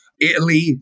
Italy